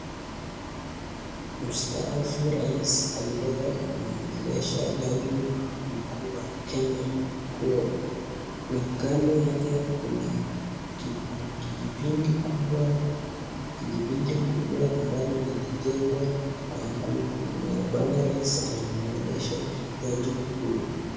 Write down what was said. Mtaafu rais aliweza kumwongelesha jaji mkuu wa Kenya kuwa.. kando yake kuna kijibuilding kubwa ambayo ilijengwa na nguvu. Bwana rais anamwongelesha jaji huyu.